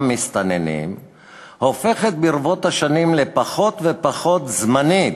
מסתננים הופכת ברבות השנים לפחות ופחות זמנית